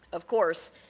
of course,